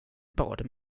bad